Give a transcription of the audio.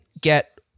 get